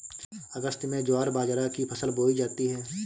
अगस्त में ज्वार बाजरा की फसल बोई जाती हैं